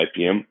IPM